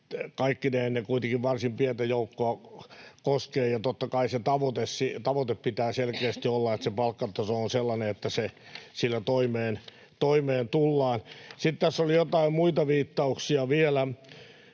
kaikkineen ne kuitenkin varsin pientä joukkoa koskevat, ja totta kai sen tavoitteen pitää selkeästi olla, että se palkkataso on sellainen, että sillä toimeen tullaan. Sitten tässä oli joitain muita viittauksia vielä,